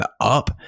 up